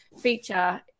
feature